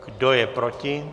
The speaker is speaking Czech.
Kdo je proti?